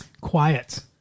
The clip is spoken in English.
Quiet